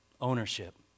Ownership